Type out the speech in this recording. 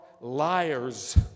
liars